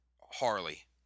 Harley